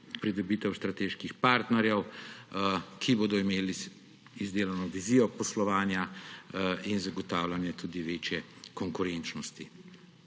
pridobitev strateških partnerjev, ki bodo imeli izdelano vizijo poslovanja, in tudi zagotavljanje večje konkurenčnosti.